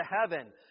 heaven